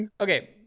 Okay